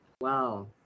wow